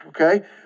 okay